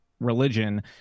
religion